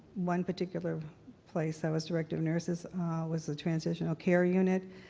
one particular place i was director of nurses was a transitional care unit,